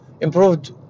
improved